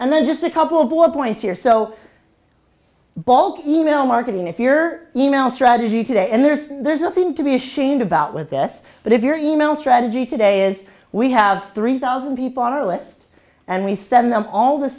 and then just a couple board points here so bulk email marketing if your e mail strategy today and there's there's nothing to be ashamed about with this but if your e mail strategy today is we have three thousand people on our lists and we send them all the